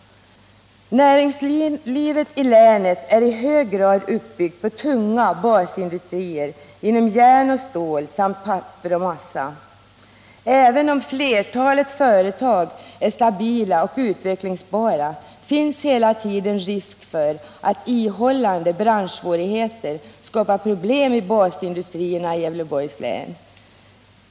Näringslivet i länet är i hög grad uppbyggt på tunga basindustrier inom järn och stål samt papper och massa. Även om flertalet företag är stabila och utvecklingsbara, finns hela tiden risk för att ihållande branschsvårigheter skapar problem i basindustrierna i Gävleborgs län.